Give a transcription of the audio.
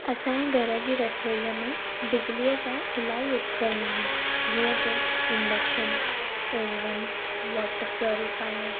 असांजे घर जी रसोईअ में बिजलीअ जा इलाही उपकरण आहिनि जींअ की इंडक्शन ओवन वाटर प्योरीफायर